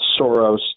Soros